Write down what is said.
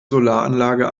solaranlage